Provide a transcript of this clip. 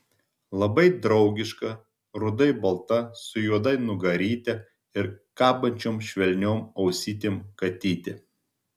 labai draugiška rudai balta su juoda nugaryte ir kabančiom švelniom ausytėm katytė